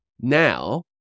Now